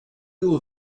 nur